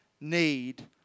need